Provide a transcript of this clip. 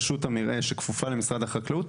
רשות המרעה שכפופה למשרד החקלאות,